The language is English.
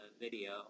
video